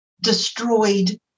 destroyed